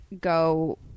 go